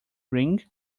ring